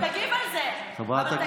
תגיב על זה, אבל תגיב על זה.